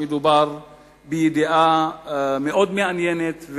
שמדובר בידיעה מאוד מעניינת,